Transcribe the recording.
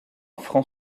franc